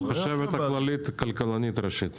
לא החשבת הכללית, אלא הכלכלנית הראשית.